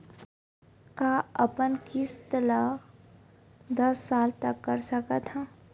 का मैं अपन किस्त ला दस साल तक कर सकत हव?